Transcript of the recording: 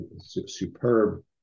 Superb